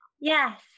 Yes